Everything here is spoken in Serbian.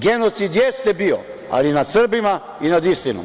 Genocid jeste bio, ali nad Srbima i nad istinom.